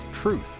truth